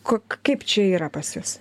kok kaip čia yra pas jus